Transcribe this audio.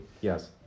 Yes